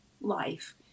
life